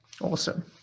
awesome